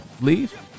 leave